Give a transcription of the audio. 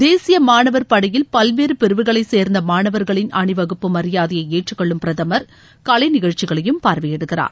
தேசிய மாணவர்படையில் பல்வேறு பிரிவுகளைச்சேர்ந்த மாணவர்களின் அணிவகுப்பு மரியாதையை ஏற்றுக்கொள்ளும் பிரதமர் கலை நிகழ்ச்சிகளையும் பார்வையிடுகிறார்